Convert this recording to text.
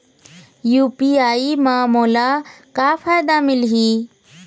UPI म मोला का फायदा मिलही?